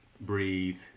breathe